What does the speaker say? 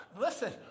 Listen